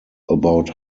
about